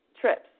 trips